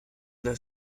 das